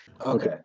Okay